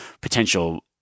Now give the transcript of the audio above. potential